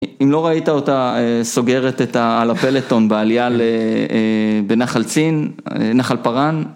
אם לא ראית אותה סוגרת את על הפלטון בעלייה בנחל צין, נחל פארן